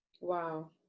Wow